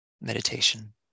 meditation